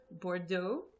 Bordeaux